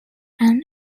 and